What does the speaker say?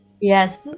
Yes